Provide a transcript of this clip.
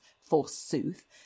forsooth